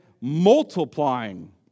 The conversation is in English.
multiplying